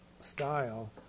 style